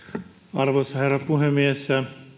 arvoisa herra puhemies